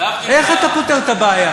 יושב טיבי,